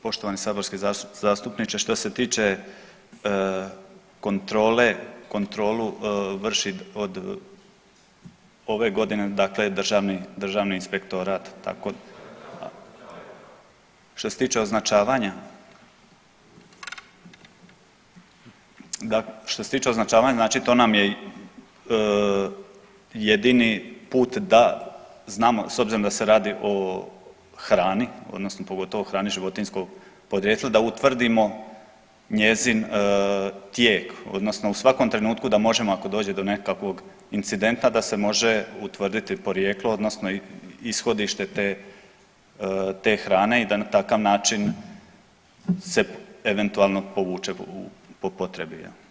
Poštovani saborski zastupniče što se tiče kontrole, kontrolu vrši od ove godine, dakle Državni inspektorat. … [[Upadica sa strane, ne razumije se.]] Što se tiče označavanja, što se tiče označavanja znači to nam je jedini put da znamo s obzirom da se radi o hrani, odnosno pogotovo hrani životinjskog podrijetla da utvrdimo njezin tijek, odnosno u svakom trenutku da možemo ako dođe do nekakvog incidenta da se može utvrditi porijeklo, odnosno ishodište te hrane i da na takav način se eventualno povuče po potrebi.